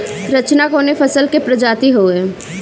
रचना कवने फसल के प्रजाति हयुए?